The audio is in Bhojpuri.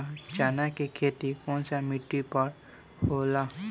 चन्ना के खेती कौन सा मिट्टी पर होला?